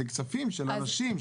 זה כספים של אנשים,